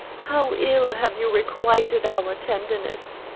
how ill have you requited our tenderness!